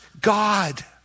God